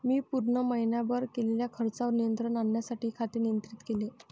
मी पूर्ण महीनाभर केलेल्या खर्चावर नियंत्रण आणण्यासाठी खाते नियंत्रित केले